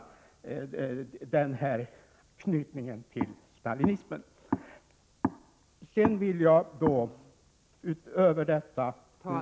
Utöver detta vill jag bara hemställa om stöd för vårt yrkande om avslag på reservation 5.